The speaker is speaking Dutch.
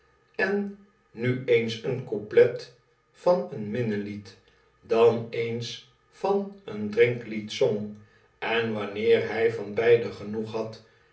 en nu eens een couplet van een minnelied dan eens van een drinklied zong en wanneer hij van beide genoeg had